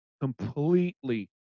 completely